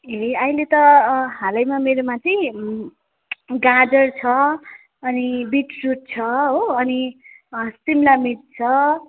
ए अहिले त अँ हालैमा मेरोमा चाहिँ गाजर छ अनि बिटरुट छ हो अनि अँ सिम्ला मिर्च छ